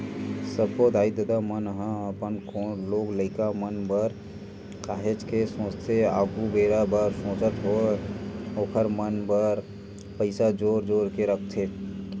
सब्बो दाई ददा मन ह अपन लोग लइका मन बर काहेच के सोचथे आघु बेरा बर सोचत होय ओखर मन बर पइसा जोर जोर के रखथे